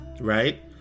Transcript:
right